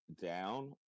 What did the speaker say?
down